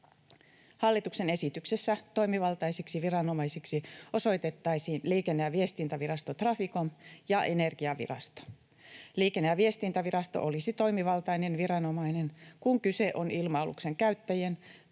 Hallituksen esityksessä toimivaltaisiksi viranomaisiksi osoitettaisiin Liikenne- ja viestintävirasto Traficom ja Energiavirasto. Liikenne- ja viestintävirasto olisi toimivaltainen viranomainen, kun kyse on ilma-aluksen käyttäjien tai unionin